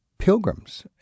Pilgrims